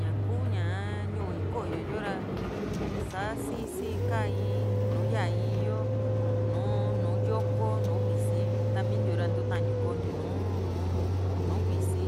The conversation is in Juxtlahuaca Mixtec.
ñakuu ñuu iko´yo yo ra sa sii sii ka in nùù yaa in yo nùù nu yoko nu visi ta miintiu ra ni ntutantiu kontiu nùù nu visi